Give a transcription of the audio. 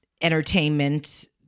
entertainment